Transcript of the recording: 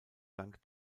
dank